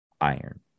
iron